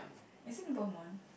actually Balmain